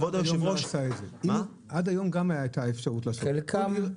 עד היום גם הייתה אפשרות לעשות את זה,